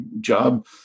job